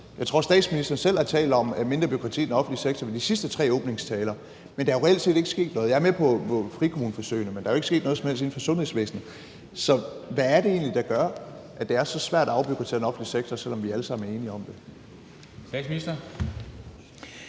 Jeg tror, statsministeren selv har talt om mindre bureaukrati i den offentlige sektor i de sidste tre åbningstaler, men der er jo reelt set ikke sket noget. Jeg er med på frikommuneforsøgene, men der er jo ikke sket noget som helst inden for sundhedsvæsenet. Så hvad er det egentlig, der gør, at der er så svært at afbureaukratisere den offentlige sektor, selv om vi alle sammen er enige om det? Kl.